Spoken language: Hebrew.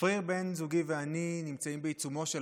צפריר בן זוגי ואני נמצאים בעיצומו של